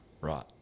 Right